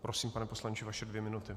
Prosím, pane poslanče, vaše dvě minuty.